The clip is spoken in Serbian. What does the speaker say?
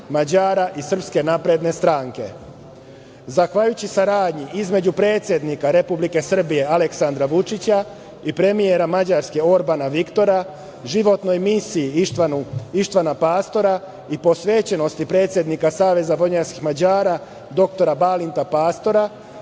Mađara i SNS.Zahvaljujući saradnji između predsednika Republike Srbije Aleksandra Vučića i premijera Mađarske Orbana Viktora, životnoj misiji Ištvana Pastora i posvećenosti predsednika Saveza vojvođanskih Mađara dr Balinta Pastora